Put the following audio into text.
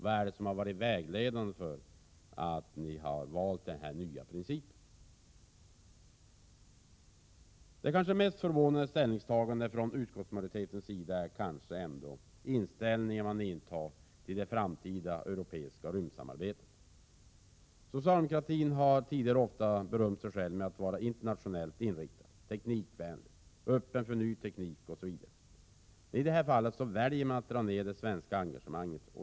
Vad är det som har varit vägledande när ni har valt den här nya principen? Det kanske mest förvånande ställningstagandet från utskottsmajoritetens sida gäller det framtida europeiska rymdsamarbetet. Socialdemokratin har tidigare ofta berömt sig för att vara internationellt inriktad, teknikvänlig, öppen för ny teknik osv. I detta fall väljer man att minska det svenska engagemanget.